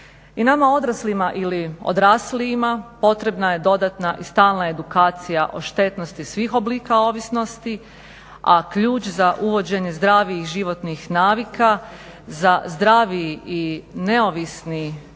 I nama odraslijima, potrebna je dodatna i stalna edukacija o štetnosti svih oblika ovisnosti, a ključ za uvođenje zdravijih životnih navika za zdraviji i neovisni